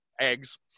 eggs